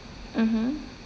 mmhmm